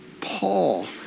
Paul